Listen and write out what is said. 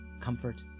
comfort